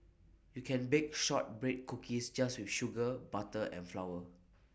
you can bake Shortbread Cookies just with sugar butter and flour